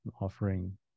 offering